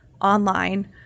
online